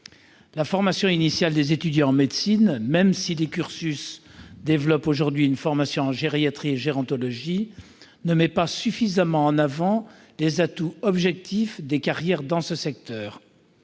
La formation initiale des étudiants en médecine, même si les cursus incluent aujourd'hui une formation en gériatrie et en gérontologie, ne met pas suffisamment en avant les atouts objectifs des carrières dans ce secteur.